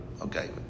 okay